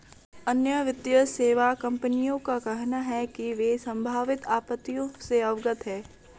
अन्य वित्तीय सेवा कंपनियों का कहना है कि वे संभावित आपत्तियों से अवगत हैं